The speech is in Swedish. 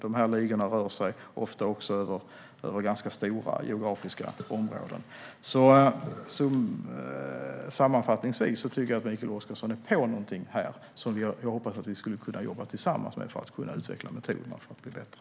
De här ligorna rör sig också ofta över ganska stora geografiska områden. Sammanfattningsvis tycker jag att Mikael Oscarsson är inne på något som jag hoppas att vi kan jobba tillsammans med för att utveckla metoder för att bli bättre.